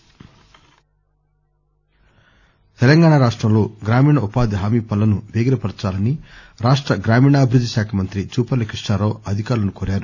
జూపల్లి తెలంగాణా రాష్టంలో గ్రామీణ ఉపాధి హామీ పనులను పేగిరపర్చాలని రాష్ట గ్రామీణాభివృద్దిశాఖ మంత్రి జుపల్లి కృష్ణారావు అధికారులను కోరారు